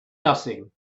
nothing